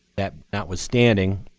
that notwithstanding,